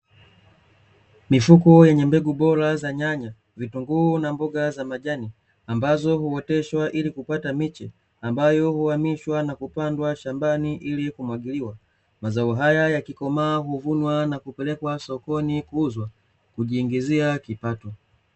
Mifuko yenye mbegu bora za nyanya, vitunguu na mboga za majani; ambazo huoteshwa ilikupata miche ambayo huamishwa na kupandwa shambani ili kumwagiliwa. Mazao haya yakikomaa huvunwa na kupelekwa sokoni kuuzwa, kujiingizia kipato.